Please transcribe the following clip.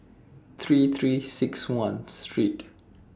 three three six one Street